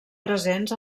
presents